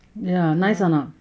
ya nice anot